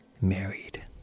married